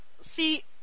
See